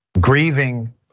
Grieving